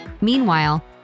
Meanwhile